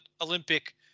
Olympic